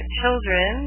children